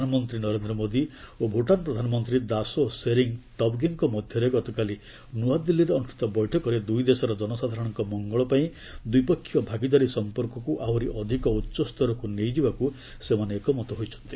ପ୍ରଧାନମନ୍ତ୍ରୀ ନରେନ୍ଦ୍ର ମୋଦି ଓ ଭୁଟାନ୍ ପ୍ରଧାନମନ୍ତ୍ରୀ ଦାସୋ ସେରିଙ୍ଗ୍ ଟବ୍ଗେଙ୍କ ମଧ୍ୟରେ ଗତକାଲି ନୂଆଦିଲ୍ଲାରେ ଅନୁଷ୍ଠିତ ବୈଠକରେ ଦୁଇ ଦେଶର ଜନସାଧାରଣଙ୍କ ମଙ୍ଗଳପାଇଁ ଦ୍ୱିପକ୍ଷୀୟ ଭାଗିଦାରୀ ସମ୍ପର୍କକୁ ଆହୁରି ଅଧିକ ଉଚ୍ଚସ୍ତରକୁ ନେଇଯିବାକୁ ସେମାନେ ଏକମତ ହୋଇଚନ୍ତି